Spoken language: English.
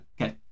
Okay